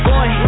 Boy